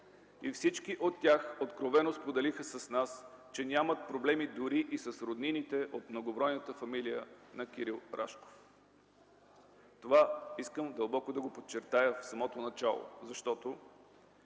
Всички те откровено споделиха с нас, че нямат проблеми дори и с роднините от многобройната фамилия на Кирил Рашков. Това искам дълбоко да подчертая в самото начало, защото